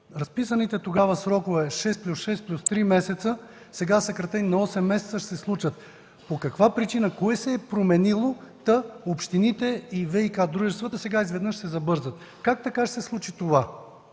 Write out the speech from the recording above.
разписаните тогава срокове шест плюс шест плюс три месеца, сега съкратени на осем месеца, ще се случат?! По каква причина? Кое се е променило, та общините и ВиК дружествата сега изведнъж ще се забързат?! Как ще се случи това?